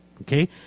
okay